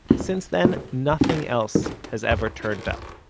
since then nothing else has ever turned up.